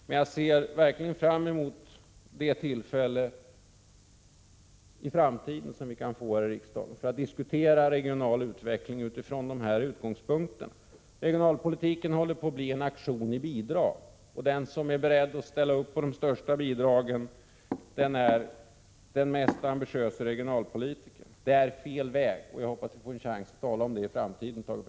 Men jag ser verkligen fram emot det tillfälle i framtiden då vi kan få diskutera regional utveckling utifrån dessa utgångspunkter här i riksdagen. Regionalpolitiken håller på att bli en aktion i bidrag, och den som är beredd att ställa upp på det största bidraget är den mest ambitiöse regionalpolitikern. Det är fel väg, och jag hoppas att vi får en chans att tala om det i framtiden, Thage Peterson.